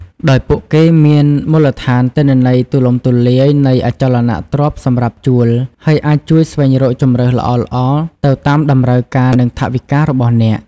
ដោយពួកគេមានមូលដ្ឋានទិន្នន័យទូលំទូលាយនៃអចលនទ្រព្យសម្រាប់ជួល ហើយអាចជួយស្វែងរកជម្រើសល្អៗទៅតាមតម្រូវការនិងថវិការបស់អ្នក។